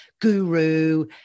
guru